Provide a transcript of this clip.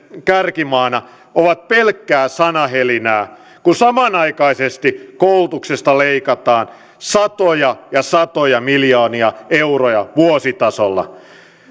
kärkimaana ovat pelkkää sanahelinää kun samanaikaisesti koulutuksesta leikataan satoja ja satoja miljoonia euroa vuositasolla